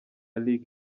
lick